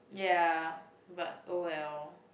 ya but all well